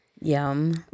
Yum